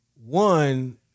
one